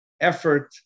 effort